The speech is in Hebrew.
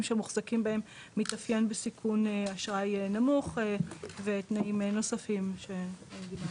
שמוחזקים בהם מתאפיין בסיכון אשראי נמוך ותנאים נוספים שדיברנו עליהם.